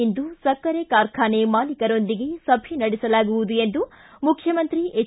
ಇಂದು ಸಕ್ಕರೆ ಕಾರ್ಖಾನೆ ಮಾಲೀಕರೊಂದಿಗೆ ಸಭೆ ನಡೆಸಲಾಗುವುದು ಎಂದು ಮುಖ್ಯಮಂತ್ರಿ ಹೆಚ್